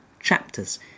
chapters